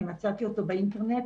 מצאתי אותו באינטרנט,